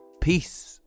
Peace